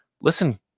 listen